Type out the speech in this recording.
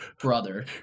brother